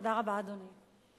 תודה רבה, אדוני.